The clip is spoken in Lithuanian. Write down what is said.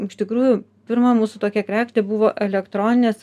iš tikrųjų pirma mūsų tokia kreftė buvo elektroninės